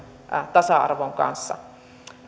tasa arvon kanssa